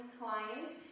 client